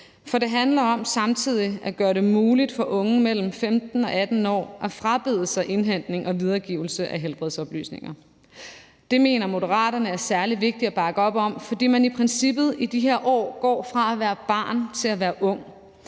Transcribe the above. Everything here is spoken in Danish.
For det handler om samtidig at gøre det muligt for unge mellem 15 og 18 år at frabede sig indhentning af videregivelse af helbredsoplysninger. Det mener Moderaterne er særlig vigtigt at bakke op om, fordi man i princippet i de her år går fra at være barn til at være ung.